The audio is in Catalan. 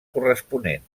corresponent